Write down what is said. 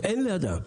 אין לידם.